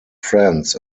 friends